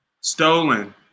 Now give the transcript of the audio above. stolen